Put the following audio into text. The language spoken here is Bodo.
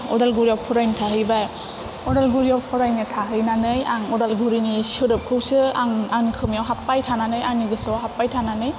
अदालगुरियाव फरायनो थाहैबाय अदालगुरियाव फरायनो थाहैनानै आं अदालगुरिनि सोदोबखौसो आं आं खोमायाव हाबबाय थानानै आंनि गोसोयाव हाबबाय थानानै